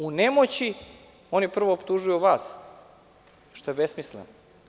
U nemoći oni prvo optužuju vas, što je besmisleno.